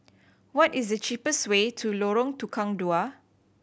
what is the cheapest way to Lorong Tukang Dua